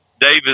Davis